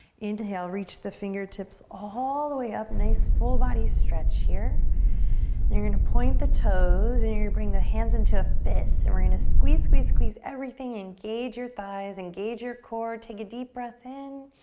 inhale, reach the fingertips all the way up. nice full body stretch here. then you're gonna point the toes and you're gonna bring the hands into a fist. and we're gonna squeeze, squeeze, squeeze everything. engage your thighs, engage your core, take a deep breath in.